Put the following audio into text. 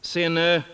terrorist.